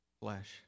flesh